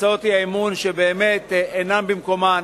הצעות האי-אמון שהן באמת אינן במקומן,